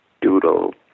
Doodle